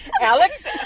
Alex